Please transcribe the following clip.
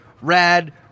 rad